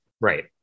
right